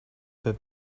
that